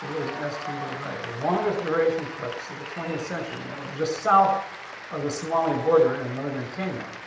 there's an est word, right, the longest duration eclipse of the twentieth century. and it was just south of the somali border in northern kenya,